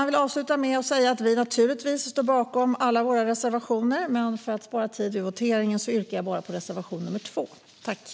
Jag vill avsluta med att säga att vi naturligtvis står bakom alla våra reservationer, men för att spara tid vid voteringen yrkar jag bifall enbart till reservation nr 2.